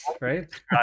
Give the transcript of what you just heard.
right